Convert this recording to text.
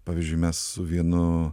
pavyzdžiui mes su vienu